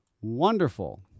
Wonderful